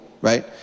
right